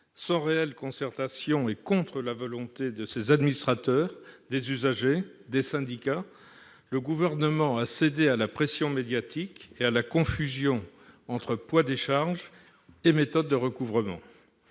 sans réelle concertation et contre la volonté de ses administrateurs, des usagers, des syndicats, le Gouvernement a cédé à la pression médiatique et à la confusion entre poids des charges et méthodes de recouvrement.